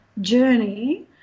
journey